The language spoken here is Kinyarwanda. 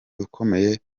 ukomeye